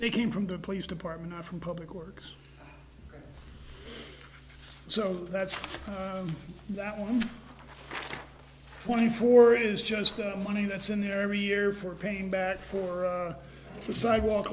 they came from the police department from public works so that's that one twenty four is just a money that's in there every year for paying back for the sidewalk